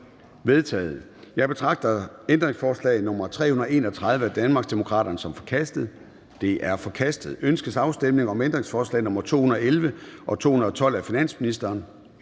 Jeg betragter ændringsforslag nr. 320 af Danmarksdemokraterne som forkastet. Det er forkastet. Ønskes afstemning om ændringsforslag nr. 115-122 af finansministeren?